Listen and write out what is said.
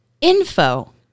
info